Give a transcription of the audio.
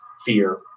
fear